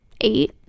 eight